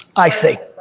i see,